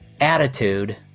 attitude